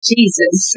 Jesus